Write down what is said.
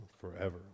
forever